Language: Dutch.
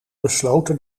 besloten